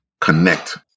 connect